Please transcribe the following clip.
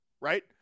right